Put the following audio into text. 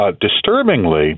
disturbingly